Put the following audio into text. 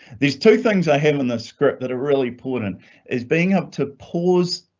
these two things i have in the script that are really important is being up to pause